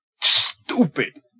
stupid